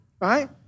right